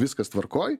viskas tvarkoj